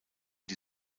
die